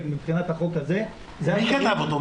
מבחינת החוק הזה --- מי כתב אותו?